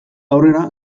aurrera